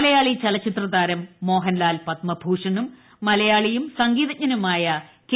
മലയാളി ചലച്ചിത്രതാരം മോഹൻലാൽ പത്മഭൂഷണും മലയാളിയും സംഗീതജ്ഞനുമായ കെ